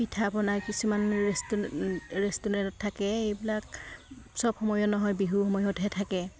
পিঠা পনা কিছুমান ৰেষ্টু ৰেষ্টুৰেণ্টত থাকে এইবিলাক চব সময়ো নহয় বিহু সময়তহে থাকে